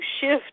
shift